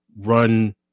run